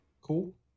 cool